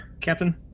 Captain